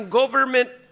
government